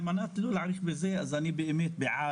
על מנת לא להאריך, אני בעד